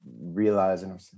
realizing